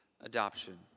adoption